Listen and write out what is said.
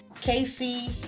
Casey